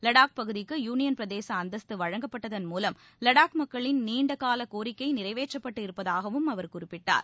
லடாக் பகுதிக்கு யூனியன் பிரதேச அந்தஸ்து வழங்கப்பட்டதன் மூலம் லடாக் மக்களின் நீண்ட கால கோரிக்கை நிறைவேற்றப்பட்டு இருப்பதாகவும் அவர் குறிப்பிட்டார்